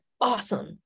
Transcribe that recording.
awesome